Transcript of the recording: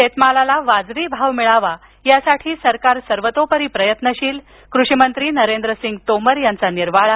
शेतमालाला वाजवी भाव मिळावा यासाठी सरकार सर्वतोपरी प्रयत्नशील कृषी मंत्री नरेंद्रसिंग तोमर यांचा निर्वाळा